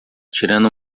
tirando